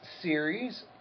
series